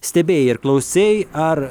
stebėjai ir klausei ar